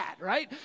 right